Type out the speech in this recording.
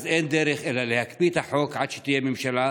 ואין דרך אלא להקפיא את החוק עד שתהיה ממשלה,